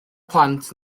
plant